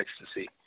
ecstasy